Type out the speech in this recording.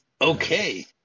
Okay